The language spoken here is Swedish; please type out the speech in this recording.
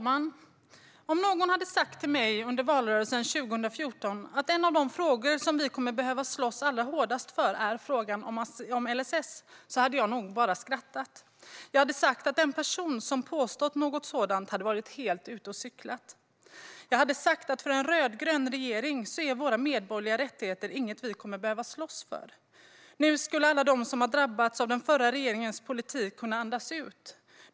Fru talman! Om någon under valrörelsen 2014 hade sagt till mig att en av de frågor som vi kommer att behöva slåss hårdast för är frågan om LSS hade jag nog bara skrattat. Jag hade sagt att den person som påstod något sådant var helt ute och cyklade. Jag hade sagt att med en rödgrön regering är våra medborgerliga rättigheter inget som vi kommer att behöva slåss för. Nu skulle alla de som hade drabbats av den förra regeringens politik kunna andas ut.